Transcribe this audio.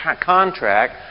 contract